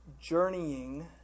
journeying